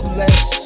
less